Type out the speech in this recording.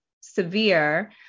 severe